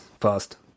fast